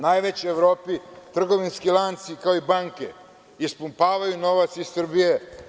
Najveći u Evropi trgovinski lanci kao i banke ispumpavaju novac iz Srbije.